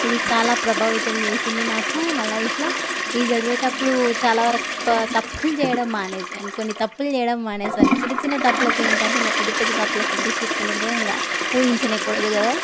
ఇది చాలా ప్రభావితం చేసింది నాకు నా లైఫ్లో ఇది చదివేటప్పుడు చాలా వరకు తప్పులు చేయడం మానేసాను కొన్ని తప్పులు చేయడం మానేసాను చిన్న చిన్న తప్పులకే ఇంత అంటే ఇంకా పెద్ద పెద్ద తప్పులకి ఎంత శిక్షలు ఉంటాయో ఇంకా ఊహించనే కూడదు కదా